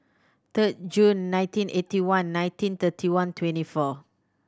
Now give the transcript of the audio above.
third June nineteen eighty one nineteen thirty one twenty four